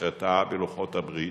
שנחרתה בלוחות הברית: